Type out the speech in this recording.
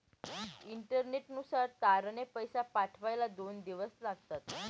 इंटरनेटनुसार तारने पैसे पाठवायला दोन दिवस लागतात